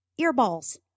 earballs